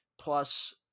plus